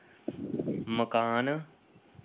मकान